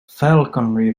falconry